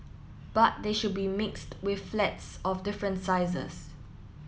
but they should be mixed with flats of different sizes